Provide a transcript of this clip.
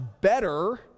better